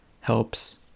helps